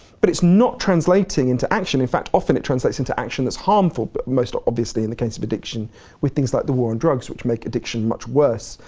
but it's not translating into action. in fact, often it translates into actions that's harmful, but most obviously in the case of addiction with things like the war on drugs, which make addiction much worse,